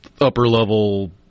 upper-level